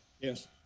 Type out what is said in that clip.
Yes